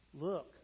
Look